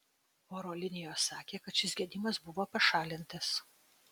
oro linijos sakė kad šis gedimas buvo pašalintas